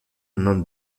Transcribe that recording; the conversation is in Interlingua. non